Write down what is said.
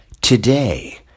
Today